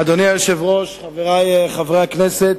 אדוני היושב-ראש, חברי חברי הכנסת,